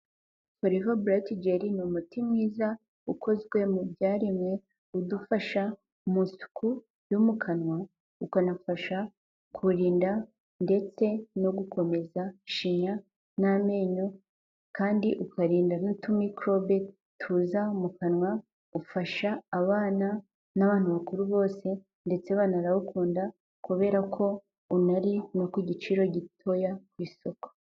Foreva burayitigeli ni umuti mwiza, ukozwe mu byaremwe, udufasha mu isuku yo mu kanwa, ukanafasha kurinda ndetse no gukomeza ishinya n'amenyo, kandi ukarinda n'utumikorobe tuza mu kanwa, ufasha abana n'abantu bakuru bose ndetse banarawukunda, kubera ko unari no kugiciro gitoya ku isoko.